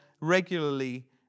regularly